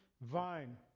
vine